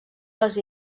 les